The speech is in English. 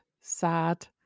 sad